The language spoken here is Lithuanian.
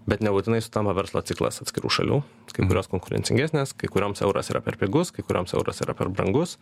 bet nebūtinai sutampa verslo ciklas atskirų šalių kai kurios konkurencingesnės kai kurioms euras yra per pigus kai kurioms euras yra per brangus